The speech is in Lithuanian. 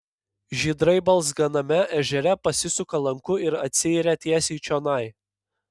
žydrai balzganame ežere pasisuka lanku ir atsiiria tiesiai čionai